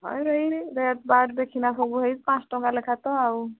ହଁ ସେଇ ରେଟ୍ବାଟ୍ ଦେଖିକିନା ସବୁ ହେଇ ପାଞ୍ଚ ଟଙ୍କା ଲେଖା ତ ଆଉ